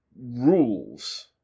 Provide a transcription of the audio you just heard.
rules